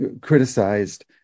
criticized